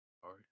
Sorry